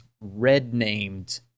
red-named